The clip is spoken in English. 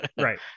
Right